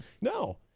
No